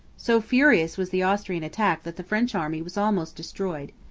so furious was the austrian attack that the french army was almost destroyed.